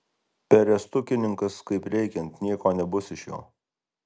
perestukininkas kaip reikiant nieko nebus iš jo